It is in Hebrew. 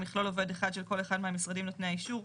יכלול עובד אחד של כל אחד מהמשרדים נותני האישור,